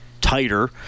tighter